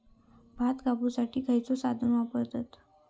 भात कापुसाठी खैयचो साधन वापरतत?